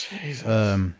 Jesus